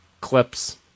clips